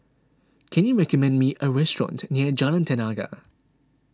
can you recommend me a restaurant near Jalan Tenaga